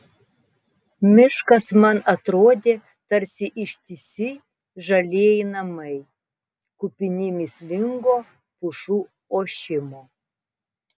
miškas man atrodė tarsi ištisi žalieji namai kupini mįslingo pušų ošimo